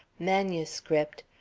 manuscript,